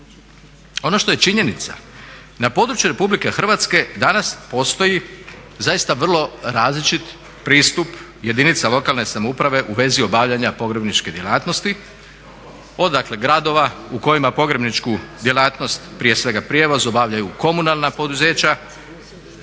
Ono što je činjenica, na području Republike Hrvatske danas postoji zaista vrlo različit pristup jedinica lokalne samouprave u vezi obavljanja pogrebničke djelatnosti od dakle gradova u kojima pogrebničku djelatnost, prije svega prijevoz, obavljaju komunalna poduzeća